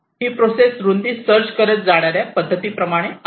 ही process रुंदी search करत जाणाऱ्या पद्धती प्रमाणे आहे